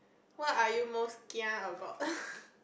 what are you most kia about